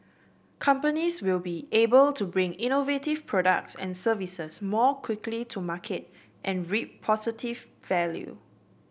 companies will be able to bring innovative products and services more quickly to market and reap positive value